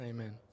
Amen